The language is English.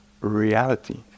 reality